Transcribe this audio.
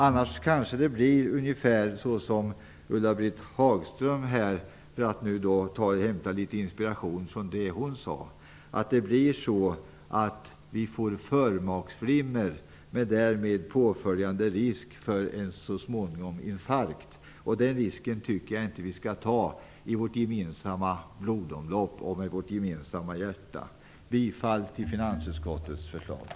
Annars kanske det blir så som Ulla-Britt Hagström sade, för att hämta litet inspiration från det, att vi får förmaksflimmer med därmed påföljande risk för en infarkt. Den risken tycker jag inte att vi skall ta i vårt gemensamma blodomlopp och med vårt gemensamma hjärta. Jag yrkar bifall till hemställan i finansutskottets betänkande.